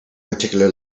particular